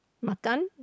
makan